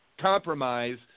compromise